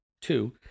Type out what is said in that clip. two